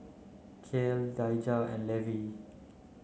Cael Daijah and Levy